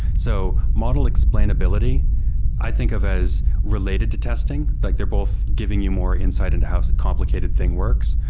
so model explainability i think of as related to testing, like they're both giving you more insight into how complicated thing works.